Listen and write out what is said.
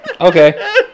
Okay